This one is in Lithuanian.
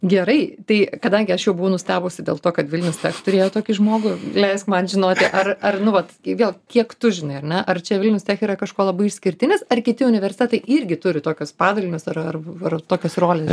gerai tai kadangi aš jau buvau nustebusi dėl to kad vilnius tech turėjo tokį žmogų leisk man žinoti ar ar nu vat vėl kiek tu žinai ar ne ar čia vilnius tech yra kažkuo labai išskirtinis ar kiti universitetai irgi turi tokius padalinius ar ar ar tokios rolės